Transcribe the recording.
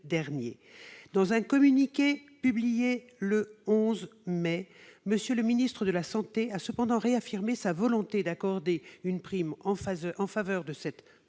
Dans un communiqué publié le 11 mai, M. le ministre de la santé a cependant réaffirmé sa volonté d'accorder une prime à cette